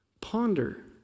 Ponder